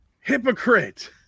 hypocrite